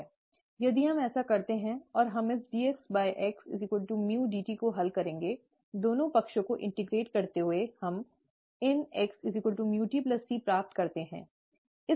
यदि हम ऐसा करते हैं और हम इस dx x µdt को हल करेंगे दोनों पक्षों को एकीकृत करते हुए हम ln x µt c प्राप्त करते हैं